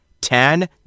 Ten